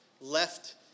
left